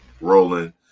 rolling